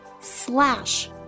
slash